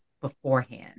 beforehand